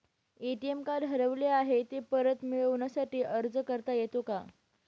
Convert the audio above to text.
ATM card हरवले आहे, ते परत मिळण्यासाठी अर्ज करता येतो का?